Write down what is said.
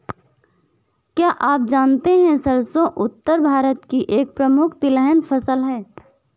क्या आप जानते है सरसों उत्तर भारत की एक प्रमुख तिलहन फसल है?